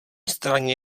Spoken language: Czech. straně